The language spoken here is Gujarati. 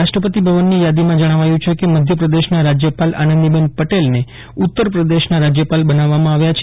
રાષ્ટ્રપતિ ભવનની યાદીમાં જણાવાયું છે કે મધ્યપ્રદેશના રાજ્યપાલ આનંદીબેન પટેલને ઉત્તર પ્રદેશ ના રાજ્યપાલ બનાવવામાં આવ્યા છે